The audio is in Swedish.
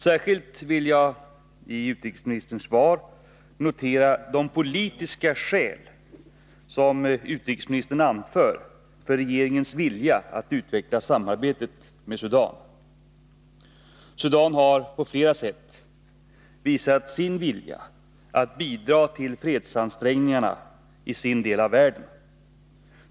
Särskilt vill jag i svaret notera de politiska skäl som utrikesministern anför för regeringens vilja att utveckla samarbetet med Sudan. Sudan har på flera sätt visat sin vilja att bidra till fredsansträngningarna i sin del av världen.